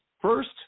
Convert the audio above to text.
first